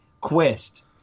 quest